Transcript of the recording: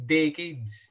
decades